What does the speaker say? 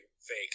fake